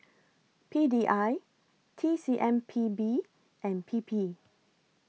P D I T C M P B and P P